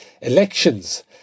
elections